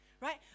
Right